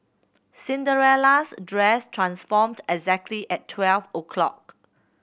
Cinderella's dress transformed exactly at twelve o'clock